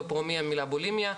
"פרו-מיה" מילה בולימיה,